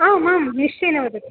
आम् आम् निश्चयेन वदतु